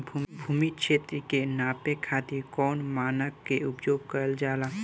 भूमि क्षेत्र के नापे खातिर कौन मानक के उपयोग कइल जाला?